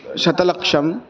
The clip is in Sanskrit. शतलक्षम्